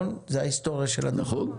זאת ההיסטוריה של זה.